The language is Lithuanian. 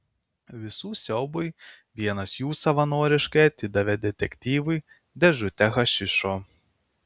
visų siaubui vienas jų savanoriškai atidavė detektyvui dėžutę hašišo